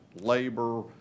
labor